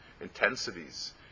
intensities